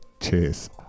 Cheers